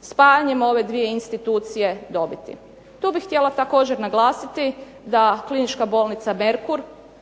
spajanjem ove dvije institucije dobiti. Tu bih htjela također naglasiti da Klinička bolnica Merkur,